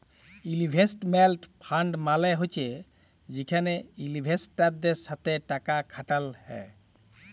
investment fund মালে হছে যেখালে ইলভেস্টারদের সাথে টাকা খাটাল হ্যয়